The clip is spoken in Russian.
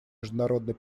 международной